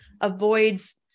avoids